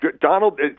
Donald